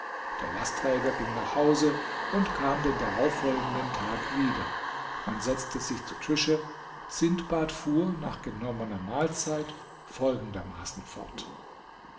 der lastträger ging nach hause und kam den darauffolgenden tag wieder man setzte sich zu tische sindbad fuhr nach genommener mahlzeit folgendermaßen fort